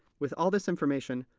with all this information,